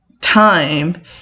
time